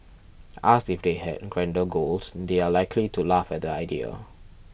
asked if they had grander goals they are likely to laugh at the idea